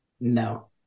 No